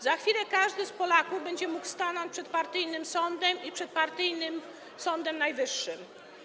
Za chwilę każdy Polak będzie mógł stanąć przed partyjnym sądem i przed partyjnym Sądem Najwyższym.